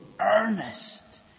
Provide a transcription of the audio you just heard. earnest